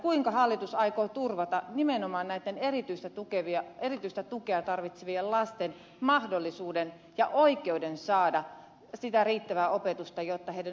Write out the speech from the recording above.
kuinka hallitus aikoo turvata nimenomaan näitten erityistä tukea tarvitsevien lasten mahdollisuuden ja oikeuden saada sitä riittävää opetusta jotta heidän oppimisen edellytyksensä turvataan